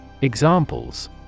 Examples